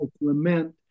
lament